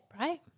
right